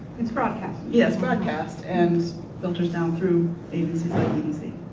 it's broadcast. yeah, it's broadcast and filters down through agency